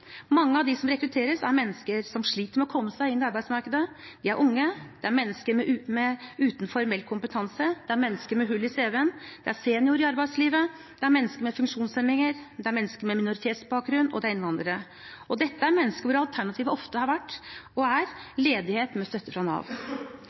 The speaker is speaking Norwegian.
Mange av dem som rekrutteres, er mennesker som sliter med å komme seg inn i arbeidsmarkedet. De er unge, det er mennesker uten formell kompetanse, det er mennesker med hull i cv-en, det er seniorer i arbeidslivet, det er mennesker med funksjonshemninger, det er mennesker med minoritetsbakgrunn, og det er innvandrere. Og dette er mennesker hvor alternativet ofte har vært og er